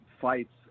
fights